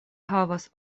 havas